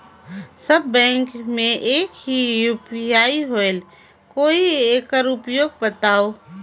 सब bank मे एक ही यू.पी.आई होएल कौन एकर उपयोग बताव?